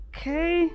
Okay